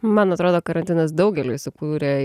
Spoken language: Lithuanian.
man atrodo karantinas daugeliui sukūrė